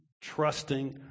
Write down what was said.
Trusting